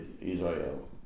Israel